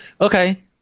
Okay